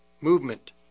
movement